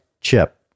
Chip